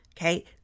Okay